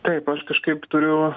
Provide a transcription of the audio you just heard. taip aš kažkaip turiu